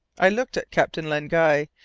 i looked at captain len guy.